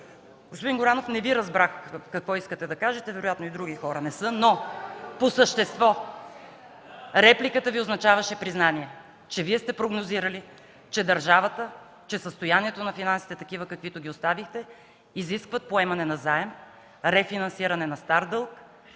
Господин Горанов, не разбрах какво искате да кажете, вероятно и други хора не са, но по същество репликата Ви означаваше признание, че Вие сте прогнозирали, че държавата, че състоянието на финансите такива, каквито ги оставихте, изискват поемане на заем, рефинансиране на стар дълг